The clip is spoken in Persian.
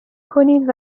کنید